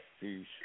Peace